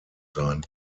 sein